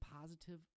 positive